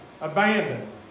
abandoned